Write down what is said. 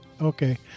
Okay